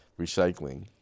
Recycling